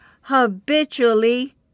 habitually